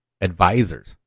advisors